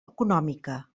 econòmica